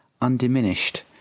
undiminished